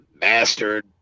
mastered